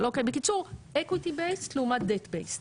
בקיצור equity based לעומת debt based.